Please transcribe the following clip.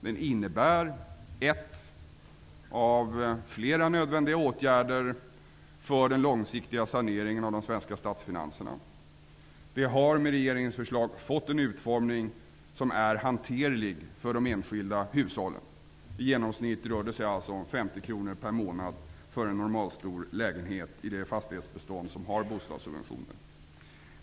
Den innebär en av flera nödvändiga åtgärder för den långsiktiga saneringen av de svenska statsfinanserna. Den har med regeringens förslag fått en utformning som är hanterlig för de enskilda hushållen. I genomsnitt rör det sig alltså om 50 kr i månaden för en normalstor lägenhet i det fastighetsbestånd som har bostadssubventioner.